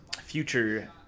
future